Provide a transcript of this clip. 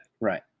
Right